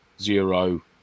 zero